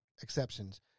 exceptions